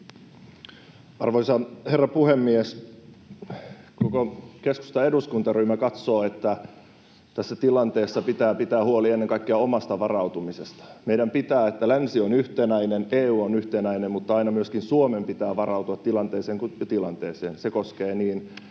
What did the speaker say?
Arvoisa herra puhemies! Koko keskustan eduskuntaryhmä katsoo, että tässä tilanteessa pitää pitää huoli ennen kaikkea omasta varautumisesta. Meidän pitää huolehtia, että länsi on yhtenäinen ja EU on yhtenäinen, mutta aina myöskin Suomen pitää varautua tilanteeseen kuin